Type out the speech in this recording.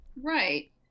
Right